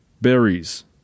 Berries